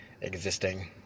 existing